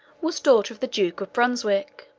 was daughter of the duke of brunswick.